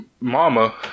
mama